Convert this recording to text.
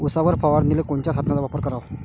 उसावर फवारनीले कोनच्या साधनाचा वापर कराव?